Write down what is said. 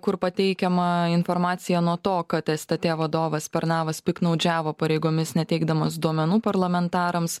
kur pateikiama informacija nuo to kad stt vadovas pernavas piktnaudžiavo pareigomis neteikdamas duomenų parlamentarams